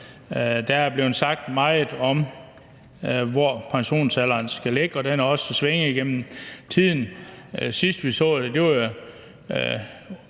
Der er blevet sagt meget om, hvor pensionsalderen skal ligge, og den har også svinget igennem tiden. Sidst vi så det, tror jeg